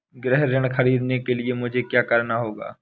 गृह ऋण ख़रीदने के लिए मुझे क्या करना होगा?